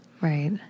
Right